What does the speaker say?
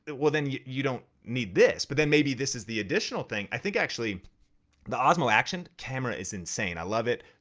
well then you you don't need this. but then maybe this is the additional thing. i think actually the osmo action camera is insane. i love it.